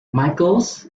michaels